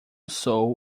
sou